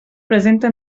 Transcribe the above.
presenta